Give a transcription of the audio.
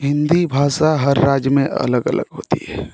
हिन्दी भाषा हर राज्य में अलग अलग होती है